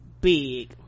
big